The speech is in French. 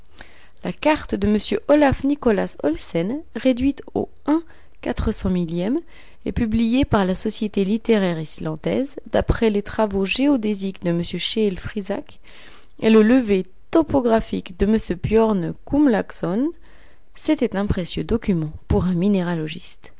la carte de m olaf nikolas olsen réduite au et publiée par la société littéraire islandaise d'après les travaux géodésiques de m scheel frisac et le levé topographique de m bjorn gumlaugsonn c'était un précieux document pour un minéralogiste